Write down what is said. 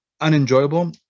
unenjoyable